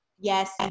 yes